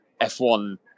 F1